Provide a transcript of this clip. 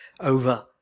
over